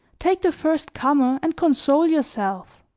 take the first comer and console yourself.